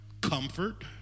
comfort